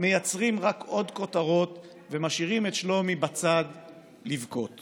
מייצרים רק עוד כותרות ומשאירים את שלומי בצד לבכות.